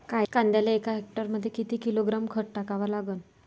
कांद्याले एका हेक्टरमंदी किती किलोग्रॅम खत टाकावं लागन?